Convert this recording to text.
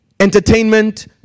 entertainment